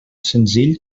senzill